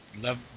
love